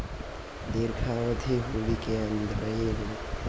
ದೀರ್ಘಾವಧಿ ಹೂಡಿಕೆ ಅಂದ್ರ ಏನು?